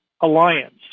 Alliance